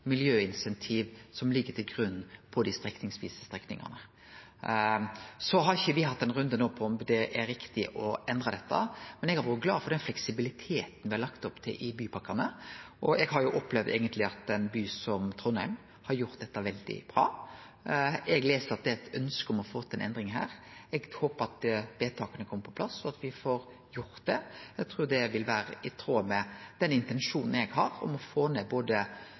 miljøinsentiv som ligg til grunn på nokon av dei strekningane. Me har ikkje hatt ein runde på om det er riktig å endre dette, men eg har vore glad for den fleksibiliteten det er lagt opp til i bypakkane, og eg har eigentleg opplevd at ein by som Trondheim har gjort dette veldig bra. Eg les at det er eit ønske om å få til ei endring her. Eg håpar at vedtaka kjem på plass, og at me får gjort det. Eg trur det vil vere i tråd med den intensjonen eg har om å få ned både